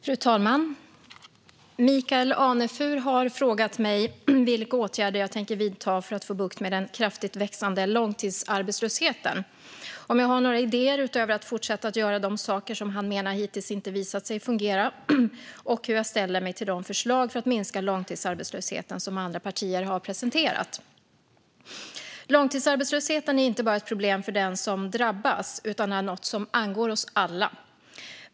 Fru talman! Michael Anefur har frågat mig vilka åtgärder jag tänker vidta för att få bukt med den kraftigt växande långtidsarbetslösheten, om jag har några idéer utöver att fortsätta att göra de saker som han menar hittills inte visat sig fungera och hur jag ställer mig till de förslag för att minska långtidsarbetslösheten som andra partier har presenterat. Långtidsarbetslösheten är inte bara ett problem för den som drabbas utan är något som angår oss alla.